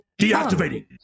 Deactivating